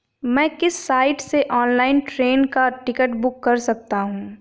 मैं किस साइट से ऑनलाइन ट्रेन का टिकट बुक कर सकता हूँ?